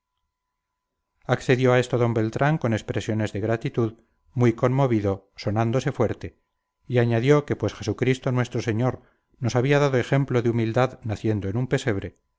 accedió a esto d beltrán con expresiones de gratitud muy conmovido sonándose fuerte y añadió que pues jesucristo nuestro señor nos había dado ejemplo de humildad naciendo en un pesebre